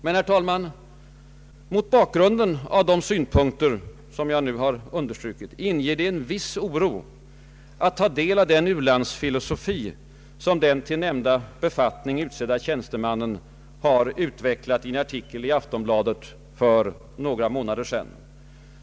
Men, herr talman, mot bakgrunden av de synpunkter jag här understrukit inger det en viss oro att ta del av den ulandsfilosofi som den till nämnda befattning utsedde tjänstemannen har utvecklat i en artikel i Aftonbladet för några månader sedan.